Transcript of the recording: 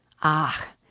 Ah